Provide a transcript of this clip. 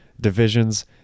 divisions